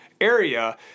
area